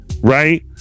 right